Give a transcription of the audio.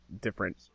different